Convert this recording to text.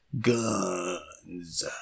guns